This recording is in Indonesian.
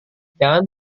jangan